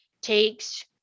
takes